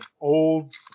old